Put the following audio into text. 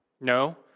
No